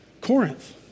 Corinth